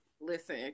Listen